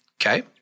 Okay